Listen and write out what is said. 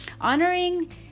Honoring